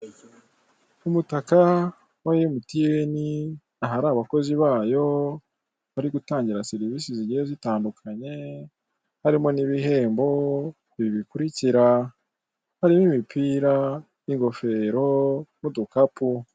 Umutaka wa emutiyene ahari abakozi bayo bari gutangira serivisi zigiye zitandukanye, harimo n'ibihembo ibi bikurikira; harimo imipira, n'ingofero n'udukapu.